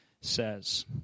says